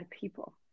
people